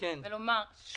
אני רוצה לומר,